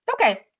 okay